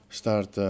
start